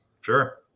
Sure